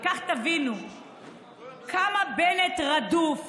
וכך תבינו כמה בנט רדוף,